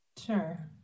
Sure